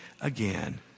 again